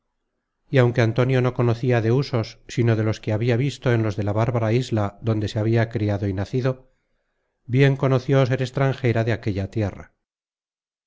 y aunque antonio no conocia de usos sino de los que habia visto en los de la bárbara isla donde se habia criado y nacido bien conoció ser extranjera de aquella tierra